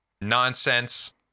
nonsense